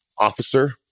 Officer